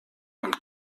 und